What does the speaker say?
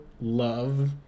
love